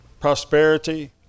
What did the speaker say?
prosperity